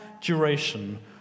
duration